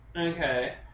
Okay